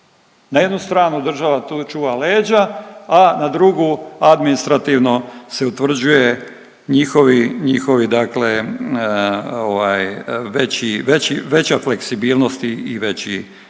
na jednu stranu država tu čuva leđa, a na drugu administrativno se utvrđuje njihovi, njihovi dakle ovaj veći,